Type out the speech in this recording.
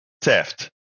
theft